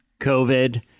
COVID